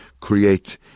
create